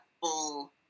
full